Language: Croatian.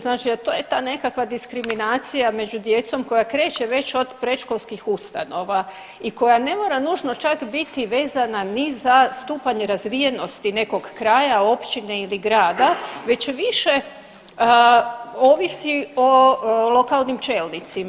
Znači, a to je ta nekakva diskriminacija među djecom koja kreće već od predškolskih ustanova i koja ne mora nužno čak biti vezana ni za stupanj razvijenosti nekog kraja, općine ili grada, već više ovisi o lokalnim čelnicima.